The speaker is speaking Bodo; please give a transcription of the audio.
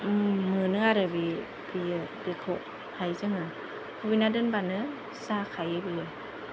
मोनो आरो बियो बिखौहाय जोङो खुबैना दोनब्लानो जाखायो बेयो